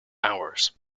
hours